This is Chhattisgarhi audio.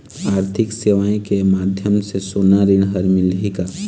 आरथिक सेवाएँ के माध्यम से सोना ऋण हर मिलही का?